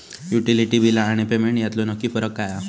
Utility बिला आणि payment यातलो नक्की फरक काय हा?